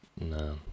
No